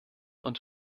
und